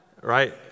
right